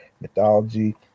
mythology